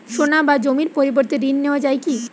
সোনা বা জমির পরিবর্তে ঋণ নেওয়া যায় কী?